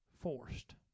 forced